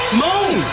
moon